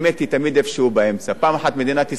פעם אחת מדינת ישראל לא צריכה לבוא עם אוכל לאנשים,